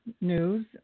news